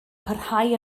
parhau